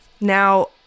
Now